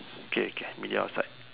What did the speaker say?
okay can meet you outside